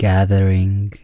Gathering